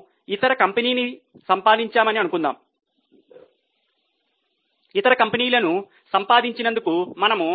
మనము ఇతర కంపెనీని సంపాదించామని అనుకుందాం ఇతర కంపెనీలను సంపాదించినందుకు మనము